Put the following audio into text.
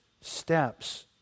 steps